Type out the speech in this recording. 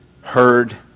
heard